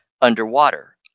underwater